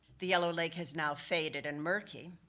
the yellow lake is now faded and murky,